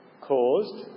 caused